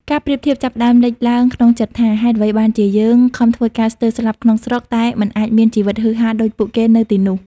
ការប្រៀបធៀបចាប់ផ្តើមលេចឡើងក្នុងចិត្តថា ហេតុអ្វីបានជាយើងខំធ្វើការស្ទើរស្លាប់ក្នុងស្រុក តែមិនអាចមានជីវិតហ៊ឺហាដូចពួកគេនៅទីនោះ?